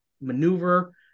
maneuver